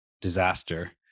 disaster